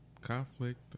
Conflict